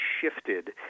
shifted